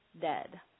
dead